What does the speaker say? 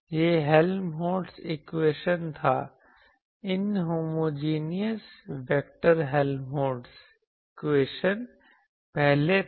यह Helmholtz equation था inhomogeneous vector Helmholtz equation पहले था